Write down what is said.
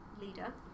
leader